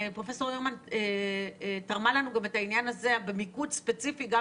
ופרופ' הרמן תרמה לנו גם את המיקוד הספציפי גם